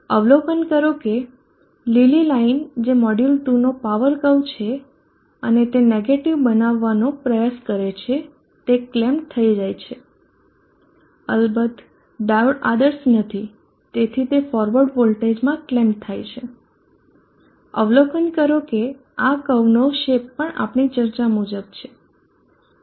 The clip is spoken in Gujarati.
અવલોકન કરો કે લીલી લાઇન જે મોડ્યુલ 2 નો પાવર કર્વ છે અને તે નેગેટીવ બનાવવાનો પ્રયાસ કરે છે તે ક્લેમ્પ્ડ થઈ જાય છે અલબત્ત ડાયોડ આદર્શ નથી તેથી તે ફોરવર્ડ વોલ્ટેજમાં ક્લેમ્પ્ડ થઈ જાય અવલોકન કરો કે આ કર્વનો શેપ પણ આપણી ચર્ચા મુજબ છે